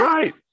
Right